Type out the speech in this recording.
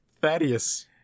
Thaddeus